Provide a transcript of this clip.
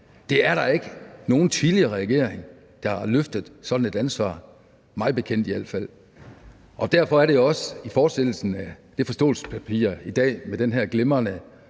Der er ikke nogen tidligere regering, der har løftet sådan et ansvar, mig bekendt i al fald, og derfor er det jo også i fortsættelsen af det forståelsespapir i dag med den her glimrende